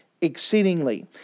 exceedingly